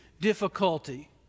difficulty